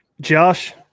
Josh